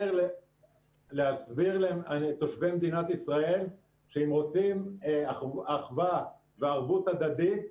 להסביר לתושבי מדינת ישראל שאם רוצים אחווה וערבות הדדית,